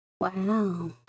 Wow